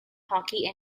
hockey